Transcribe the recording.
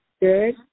Good